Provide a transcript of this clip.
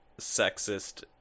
sexist